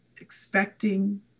expecting